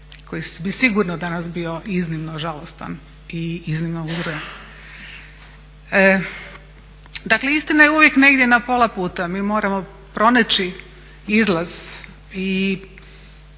koji bi sigurno danas bio iznimno žalostan i iznimno uzrujan. Dakle, istina je uvijek negdje na pola puta. Mi moramo pronaći izlaz.